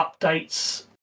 updates